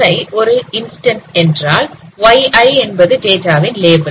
Xi ஒரு instance என்றால் yi என்பது டேட்டாவின் லேபல்